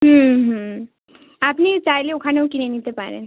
হুম হুম আপনি চাইলে ওখানেও কিনে নিতে পারেন